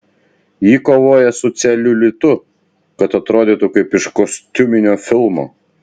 ji kovoja su celiulitu kad atrodytų kaip iš kostiuminio filmo